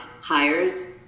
hires